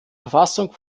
verfassung